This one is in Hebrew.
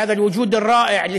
וראינו את תנועת הנוער הערבי